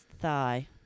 thigh